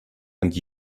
and